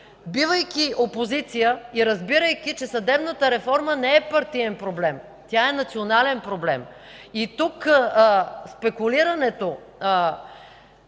бивайки опозиция и разбирайки, че съдебната реформа не е партиен проблем. Тя е национален проблем. Тук спекулирането,